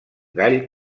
gall